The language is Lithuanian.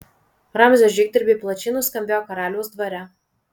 ramzio žygdarbiai plačiai nuskambėjo karaliaus dvare